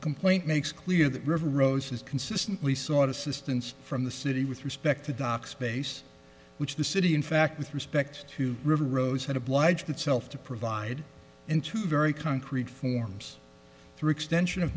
complaint makes clear that river rose has consistently sought assistance from the city with respect to dock space which the city in fact with respect to river rose had obliged itself to provide in two very concrete forms through extension of